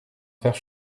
faire